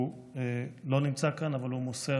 הוא לא נמצא כאן, אבל הוא מוסר